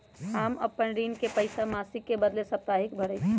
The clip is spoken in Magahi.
हम अपन ऋण के पइसा मासिक के बदले साप्ताहिके भरई छी